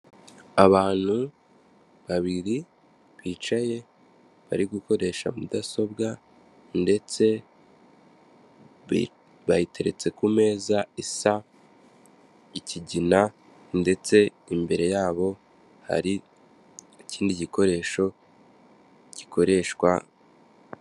Abantu babiri bicaye bari gukoresha mudasobwa ndetse bayiteretse ku meza isa ikigina ndetse imbere yabo hari ikindi gikoresho gikoreshwa.